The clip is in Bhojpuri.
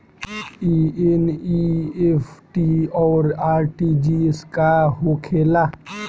ई एन.ई.एफ.टी और आर.टी.जी.एस का होखे ला?